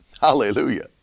Hallelujah